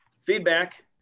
Feedback